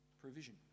provision